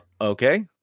Okay